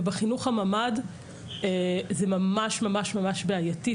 ובחינוך הממ"ד זה ממש בעייתי.